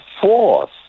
force